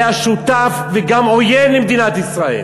היה שותף וגם עוין למדינת ישראל,